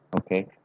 okay